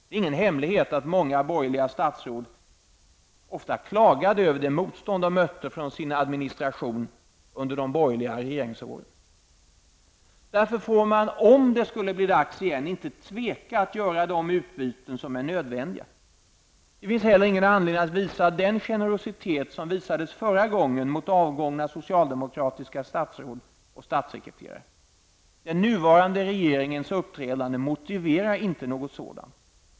Det är ingen hemlighet att många borgerliga statsråd ofta klagade över det motstånd de mötte från sin administration under de borgerliga regeringsåren. Därför får man, om det skulle bli dags igen, inte tveka att göra de utbyten som är nödvändiga. Det finns heller ingen anledning att visa den generositet som visades förra gången mot avgångna socialdemokratiska statsråd och statssekreterare. Den nuvarande regeringens uppträdande motiverar inte något sådant.